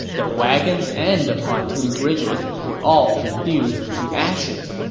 the wagons and the pontoon bridges were all reduced to ashes.